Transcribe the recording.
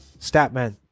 Statman